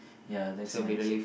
ya that's nice